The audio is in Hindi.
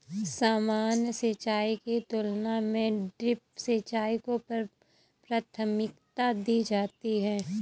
सामान्य सिंचाई की तुलना में ड्रिप सिंचाई को प्राथमिकता दी जाती है